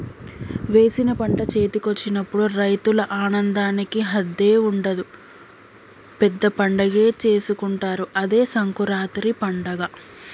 వేసిన పంట చేతికొచ్చినప్పుడు రైతుల ఆనందానికి హద్దే ఉండదు పెద్ద పండగే చేసుకుంటారు అదే సంకురాత్రి పండగ